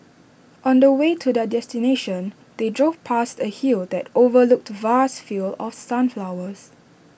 on the way to their destination they drove past A hill that overlooked vast fields of sunflowers